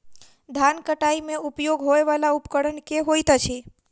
धान कटाई मे उपयोग होयवला उपकरण केँ होइत अछि?